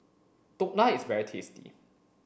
Dhokla is very tasty